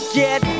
get